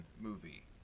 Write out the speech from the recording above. movie